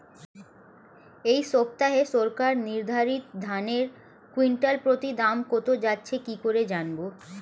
এই সপ্তাহে সরকার নির্ধারিত ধানের কুইন্টাল প্রতি দাম কত যাচ্ছে কি করে জানবো?